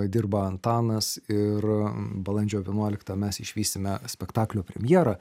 dirba antanas ir balandžio vienuoliktą mes išvysime spektaklio premjerą